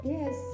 Yes